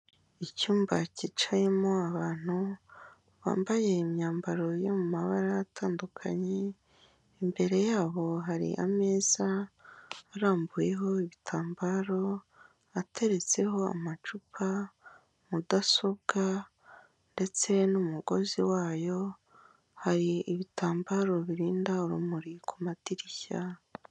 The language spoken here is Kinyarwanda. Icyumba cyicayemo abantu bambaye imyambaro yo mu mabara atandukanye, imbere yabo hari ameza arambuyeho ibitambaro ateretseho amacupa, mudasobwa, ndetse n'umugozi wayo hari ibitambaro birinda urumuri ku madirishya.